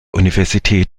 universität